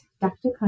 Dr